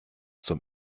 zum